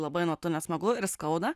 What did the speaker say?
labai nuo to nesmagu ir skauda